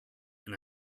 and